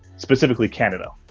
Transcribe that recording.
specifically canada.